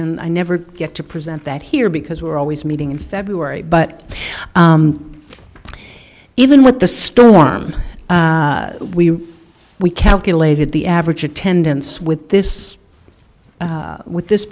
and i never get to present that here because we're always meeting in february but even with the storm we we calculated the average attendance with this with this